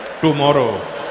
tomorrow